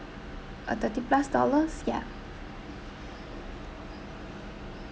a thirty plus dollars ya